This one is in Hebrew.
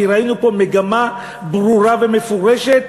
כי ראינו פה מגמה ברורה ומפורשת,